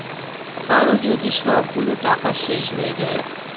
কারো যদি সবগুলো টাকা শেষ হয়ে যায়